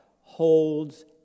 holds